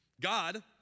God